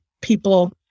people